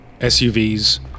SUVs